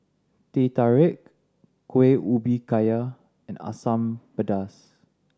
Teh Tarik Kuih Ubi Kayu and Asam Pedas